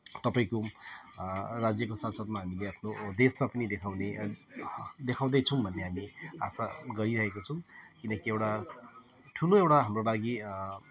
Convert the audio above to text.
तपाईँको राज्यको संसदमा हामीले आफ्नो देश देखाउने एन्ड देखाउँदैछौँ भन्ने हामी आशा गरिरहेको छौँ किनकि एउटा ठुलो एउटा हाम्रो लागि